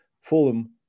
Fulham